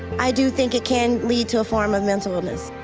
i do think it can lead to a form of mental illness.